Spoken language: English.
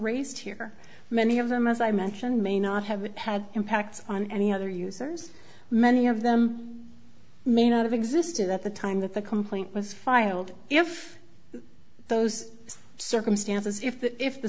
raised here many of them as i mentioned may not have had impact on any other users many of them may not have existed at the time that the complaint was filed if those circumstances if that if the